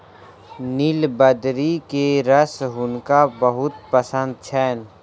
नीलबदरी के रस हुनका बहुत पसंद छैन